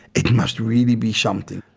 it must really be something.